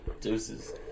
Deuces